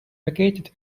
vacated